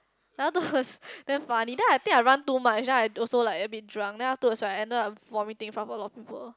then afterwards damn funny then I think I run too much then I also like a bit drunk then afterwards right I ended up vomiting in front of a lot of people